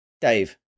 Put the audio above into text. Dave